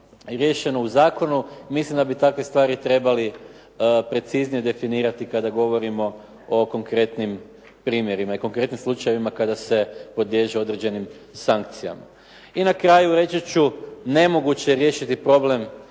u zakonu, mislim da bi takve stvari trebali preciznije definirati kada govorimo o konkretnim primjerima i konkretnim slučajevima kada se podliježe određenim sankcijama. I na kraju, reći ću nemoguće je riješiti problem